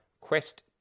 Quest